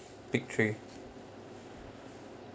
pick three